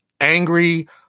angry